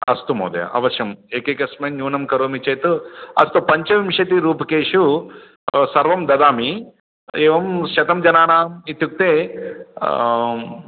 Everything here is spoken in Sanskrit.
अस्तु महोदय अवश्यं एकैकस्मिन् न्यूनं करोमि चेत् अस्तु पञ्चविंशतिरूप्यकेषु सर्वं ददामि एवं शतं जनानां इत्युक्ते